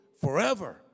Forever